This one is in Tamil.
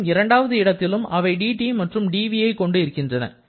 மேலும் இரண்டாவது இடத்திலும் அவை dT மற்றும் dv ஐ கொண்டு இருக்கின்றன